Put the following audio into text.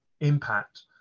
impact